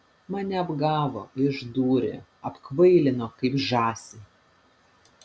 mane apgavo išdūrė apkvailino kaip žąsį